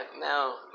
now